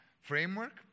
framework